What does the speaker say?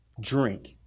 drink